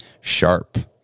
sharp